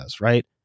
right